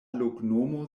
loknomo